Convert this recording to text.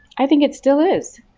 i think it still is.